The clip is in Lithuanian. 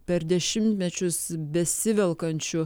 per dešimtmečius besivelkančių